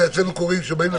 אני.